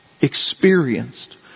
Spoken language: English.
experienced